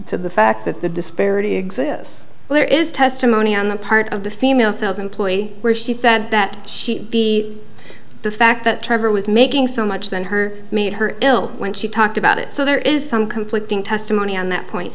the fact that the disparity exists there is testimony on the part of the female sales employee where she said that she the fact that trevor was making so much than her made her ill when she talked about it so there is some conflicting testimony on that point